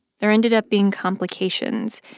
there ended up being complications,